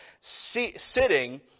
Sitting